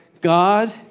God